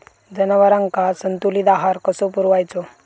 जनावरांका संतुलित आहार कसो पुरवायचो?